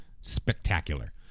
spectacular